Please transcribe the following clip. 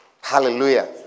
Hallelujah